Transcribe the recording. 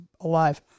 alive